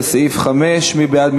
לסעיף 5. מי בעד?